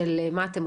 אם אנחנו